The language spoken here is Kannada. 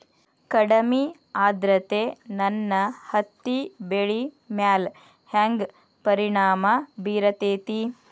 ಕಡಮಿ ಆದ್ರತೆ ನನ್ನ ಹತ್ತಿ ಬೆಳಿ ಮ್ಯಾಲ್ ಹೆಂಗ್ ಪರಿಣಾಮ ಬಿರತೇತಿ?